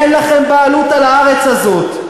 אין לכם בעלות על הארץ הזאת.